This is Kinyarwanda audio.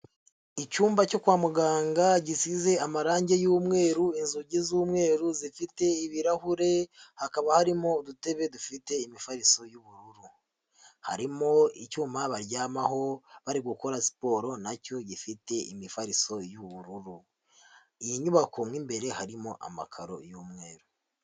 Icyumba cyo kwa muganga gisize amarangi y'umweru, inzugi z'umweru zifite ibirahure, hakaba harimo udutebe dufite imifariso y'ubururu, harimo icyuma baryamaho bari gukora siporo na cyo gifite imifariso y'ubururu, iyi nyubako mo imbere harimo amakaro y'umweru.